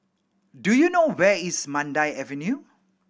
do you know where is Mandai Avenue